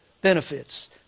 benefits